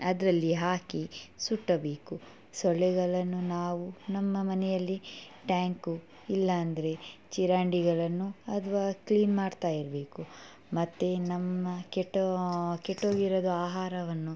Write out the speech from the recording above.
ಅದರಲ್ಲಿ ಹಾಕಿ ಸುಡಬೇಕು ಸೊಳ್ಳೆಗಳನ್ನು ನಾವು ನಮ್ಮ ಮನೆಯಲ್ಲಿ ಟ್ಯಾಂಕು ಇಲ್ಲಾಂದರೆ ಚರಂಡಿಗಳನ್ನು ಅದ್ವಾ ಕ್ಲೀನ್ ಮಾಡ್ತಾ ಇರಬೇಕು ಮತ್ತು ನಮ್ಮ ಕೆಟ್ಟೋ ಕೆಟ್ಟೋಗಿರೋದು ಆಹಾರವನ್ನು